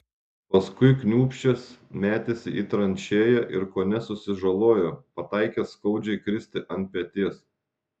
paskui kniūbsčias metėsi į tranšėją ir kone susižalojo pataikęs skaudžiai kristi ant peties